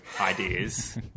ideas